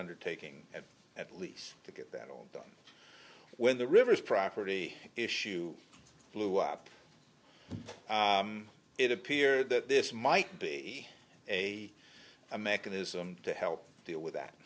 undertaking and at lease to get that all done when the river's property issue blew up it appeared that this might be a a mechanism to help deal with that